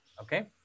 Okay